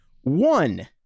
one